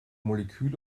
molekül